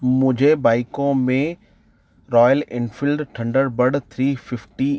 मुझे बाइकों में Royal Enfield Thunderbird three fifty